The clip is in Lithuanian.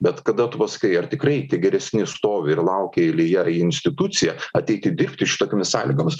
bet kada tu pasakai ar tikrai tie geresni stovi ir laukia eilėje į instituciją ateiti dirbti šitokiomis sąlygomis